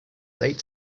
late